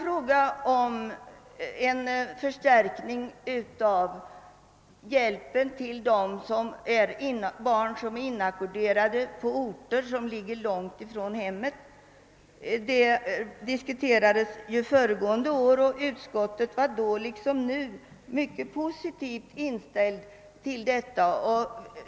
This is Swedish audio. Frågan om en förstärkning av studiehjälpen till barn som är inackorderade på orter som ligger långt från hemmet diskuterades förra året, och utskottet var då liksom nu positivt inställt.